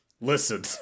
Listen